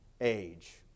age